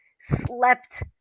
slept